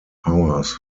powers